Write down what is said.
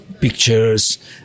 pictures